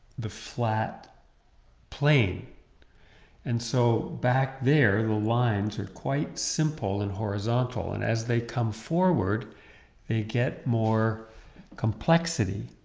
the flat plane and so back there the lines are quite simple and horizontal and as they come forward they get more complexity,